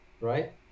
right